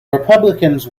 republicans